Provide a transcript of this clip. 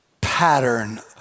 pattern